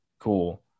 cool